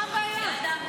מה הבעיה?